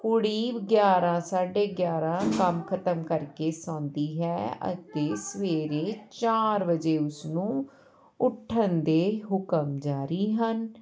ਕੁੜੀ ਗਿਆਰ੍ਹਾਂ ਸਾਢੇ ਗਿਆਰ੍ਹਾਂ ਕੰਮ ਖਤਮ ਕਰਕੇ ਸੌਂਦੀ ਹੈ ਅਤੇ ਸਵੇਰੇ ਚਾਰ ਵਜੇ ਉਸਨੂੰ ਉੱਠਣ ਦੇ ਹੁਕਮ ਜਾਰੀ ਹਨ